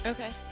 Okay